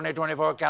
2024